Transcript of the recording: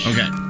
Okay